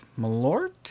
malort